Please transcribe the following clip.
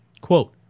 Quote